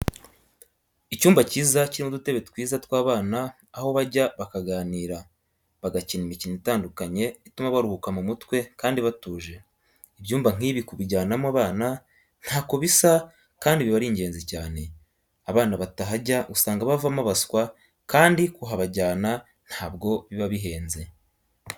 Icyumba cyiza kirimo udutebe twiza tw'abana aho bajya bakaganira, bagakina imikino itandukanye ituma baruhuka mu mutwe kandi batuje, ibyumba nk'ibi kubijyanamo abana ntako bisa kandi biba ari ingenzi cyane. Abana batahajya usanga bavamo abaswa kandi kuhabajyana ntabwo biba bihenze.